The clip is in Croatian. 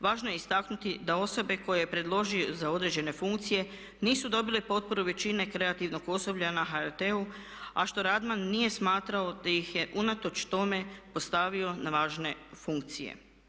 Važno je istaknuti da osobe koje je predložio za određene funkcije nisu dobile potporu većine kreativnog osoblja na HRT-u a što Radman nije smatrao te ih je unatoč tome postavio na važne funkcije.